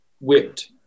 whipped